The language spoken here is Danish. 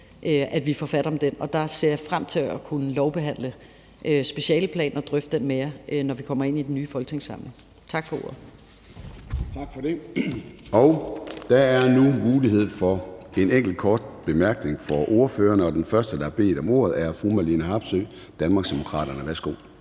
på socialområdet, og der ser jeg frem til at kunne lovbehandle specialeplanen og drøfte den med jer, når vi kommer ind i den nye folketingssamling. Tak for ordet. Kl. 10:27 Formanden (Søren Gade): Tak for det. Der er nu mulighed for en enkelt kort bemærkning til ordførerne. Den første, der har bedt om ordet, er fru Marlene Harpsøe, Danmarksdemokraterne. Værsgo.